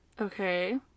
Okay